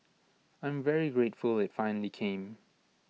I am very grateful IT finally came